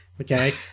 okay